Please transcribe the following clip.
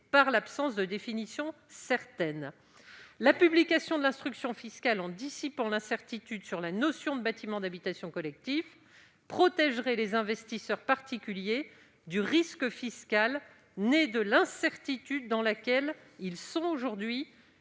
par l'absence de définition certaine. La publication de l'instruction fiscale, en dissipant l'imprécision qui entoure la notion de « bâtiments d'habitation collectifs », protégerait les investisseurs particuliers du risque fiscal né de l'incertitude dans laquelle ils sont aujourd'hui